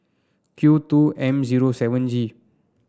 Q two M zero seven G